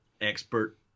expert